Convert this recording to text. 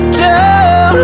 down